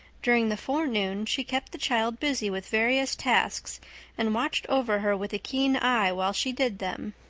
during the forenoon she kept the child busy with various tasks and watched over her with a keen eye while she did them.